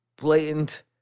blatant